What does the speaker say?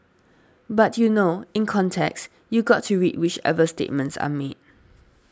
but you know in context you got to read whichever statements are made